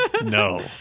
no